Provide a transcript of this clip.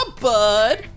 bud